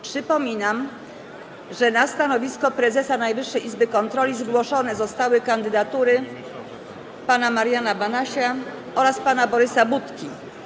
Przypominam, że na stanowisko prezesa Najwyższej Izby Kontroli zgłoszone zostały kandydatury: pana Mariana Banasia oraz pana Borysa Budki.